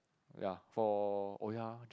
ya for oh ya